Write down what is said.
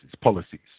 policies